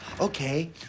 Okay